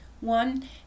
one